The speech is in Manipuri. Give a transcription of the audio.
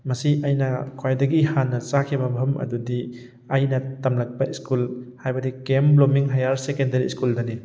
ꯃꯁꯤ ꯑꯩꯅ ꯈ꯭ꯋꯥꯏꯗꯒꯤ ꯍꯥꯟꯅ ꯆꯥꯈꯤꯕ ꯃꯐꯝ ꯑꯗꯨꯗꯤ ꯑꯩꯅ ꯇꯝꯂꯛꯄ ꯁ꯭ꯀꯨꯜ ꯍꯥꯏꯕꯗꯤ K M Blooming Higher Secondary ꯁ꯭ꯀꯨꯜꯗꯅꯤ